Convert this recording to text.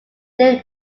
they